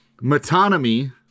Metonymy